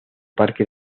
parque